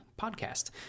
podcast